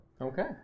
Okay